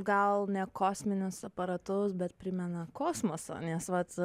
gal ne kosminius aparatus bet primena kosmosą nes vat